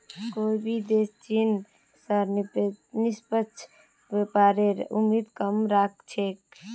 कोई भी देश चीन स निष्पक्ष व्यापारेर उम्मीद कम राख छेक